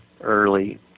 early